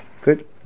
Good